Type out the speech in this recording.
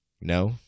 no